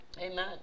Amen